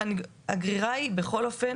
הגרירה היא בכל אופן